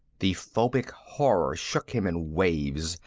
the phobic horror shook him in waves.